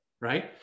right